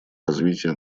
развития